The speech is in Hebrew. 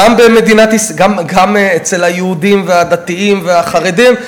גם אצל היהודים הדתיים והחרדים,